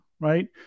right